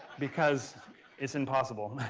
because it's impossible.